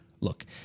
Look